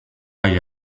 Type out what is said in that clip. aille